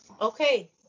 Okay